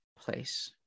place